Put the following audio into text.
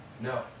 No